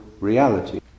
reality